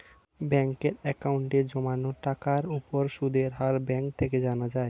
ব্যাঙ্কের অ্যাকাউন্টে জমানো টাকার উপর সুদের হার ব্যাঙ্ক থেকে জানা যায়